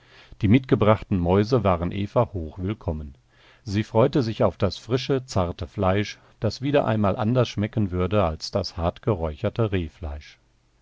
die mitgebrachten mäuse waren eva hochwillkommen sie freute sich auf das frische zarte fleisch das wieder einmal anders schmecken würde als das hartgeräucherte